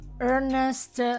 Ernest